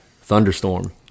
thunderstorm